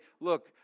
look